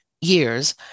years